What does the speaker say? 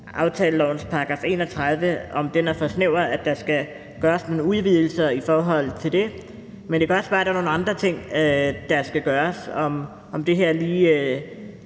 aftalelovens § 31, altså om den er for snæver, og at der skal gøres nogle udvidelser i forhold til det, men det kan også være, at der er nogle andre ting, der skal gøres. Om det her lige